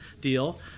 deal